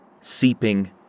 Seeping